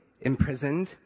imprisoned